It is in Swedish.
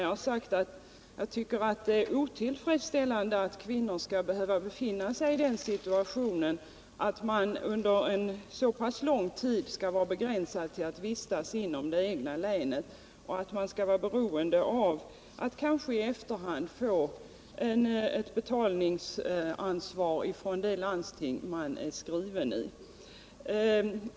Jag har sagt att det är otillfredsställande att kvinnor skall behöva befinna sig i den situationen, att under en så pass lång tid vara begränsade att vistas i det egna länet, och vara beroende av att kanske i efterhand få ett besked om betalningsansvar från det landsting man är skriven i.